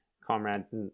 Comrades